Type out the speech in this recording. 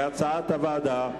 כהצעת הוועדה.